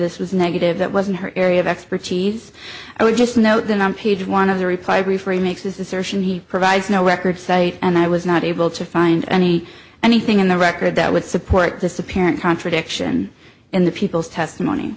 this was negative that was in her area of expertise i would just note that on page one of the reply referring makes his assertion he provides no record cite and i was not able to find any anything in the record that would support this apparent contradiction in the people's testimony